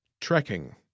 Trekking